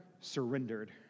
surrendered